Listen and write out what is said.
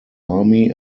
army